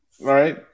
right